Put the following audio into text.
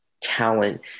talent